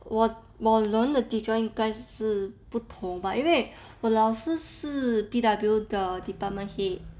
我我们的 teacher 因该是不同吧因为我老师是 P_W 的 department head